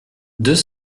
deux